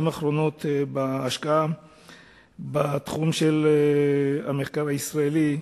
האחרונות בהשקעה בתחום המחקר הישראלי.